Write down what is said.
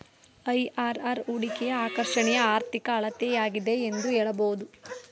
IRR ಹೂಡಿಕೆಯ ಆಕರ್ಷಣೆಯ ಆರ್ಥಿಕ ಅಳತೆಯಾಗಿದೆ ಎಂದು ಹೇಳಬಹುದು